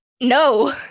No